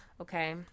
Okay